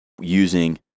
using